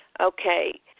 Okay